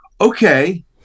okay